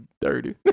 dirty